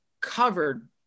covered